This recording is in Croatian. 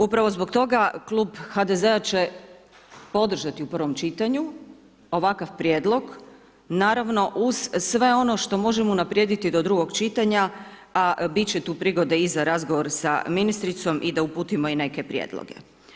Upravo zbog toga klub HDZ-a će podržati u prvom čitanju ovakav prijedlog, naravno uz sve ono što možemo unaprijediti do drugog čitanja, a bit će tu prigode i za razgovor sa ministricom i da uputimo i neke prijedloge.